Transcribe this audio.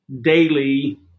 daily